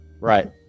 Right